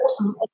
awesome